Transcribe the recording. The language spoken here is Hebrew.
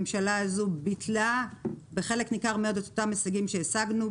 והממשלה הזו ביטלה בחלק ניכר מאותם הישגים שהשגנו.